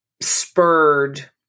spurred